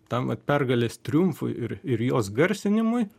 tam vat pergalės triumfui ir ir jos garsinimui